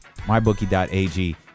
MyBookie.ag